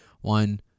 One